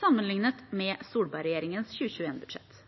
sammenlignet med Solberg-regjeringens 2021-budsjett.